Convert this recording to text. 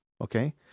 Okay